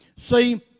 See